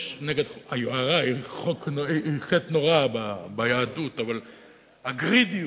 היוהרה היא חטא נורא ביהדות, אבל הגרידיות,